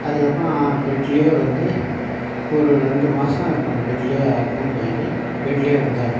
அதுக்கப்புறம் பெட்லேயே வந்து ஒரு ரெண்டு மாசம் இருக்கும் பெட்டுலேயே அட்மிட் பண்ணிவிட்டு பெட்லேயே இருந்தேன்